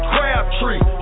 Crabtree